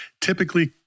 typically